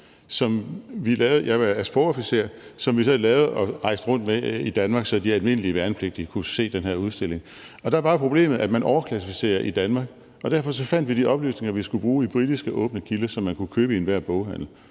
som vi så lavede og rejste rundt med i Danmark, så de almindelige værnepligtige kunne se den her udstilling. Der var problemet, at man overklassificerer i Danmark, og derfor fandt vi de oplysninger, vi skulle bruge, i britiske åbne kilder, som man kunne købe i enhver boghandel,